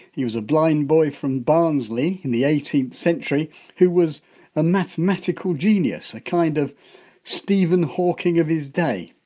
he was a blind boy from barnsley in the eighteenth century who was a mathematical genius, a kind of stephen hawking of his day.